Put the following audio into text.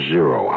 Zero